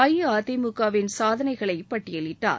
அஇஅதிமுகவின் சாதனைகளை பட்டியலிட்டார்